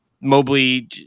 Mobley